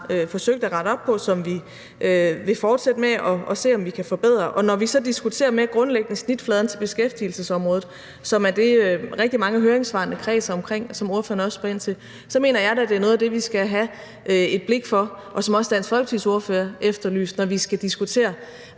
forsøgt at rette op på, og som vi vil fortsætte med at se om vi kan forbedre. Når vi så mere grundlæggende diskuterer snitfladen til beskæftigelsesområdet, som er det, rigtig mange af høringssvarene kredser omkring, og som ordføreren også spørger ind til, mener jeg da, at det er noget af det, vi skal have et blik for – som også Dansk Folkepartis ordfører efterlyste – når vi skal diskutere,